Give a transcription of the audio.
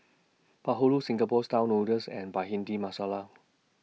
Bahulu Singapore Style Noodles and Bhindi Masala